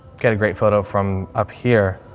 get a great photo from up here.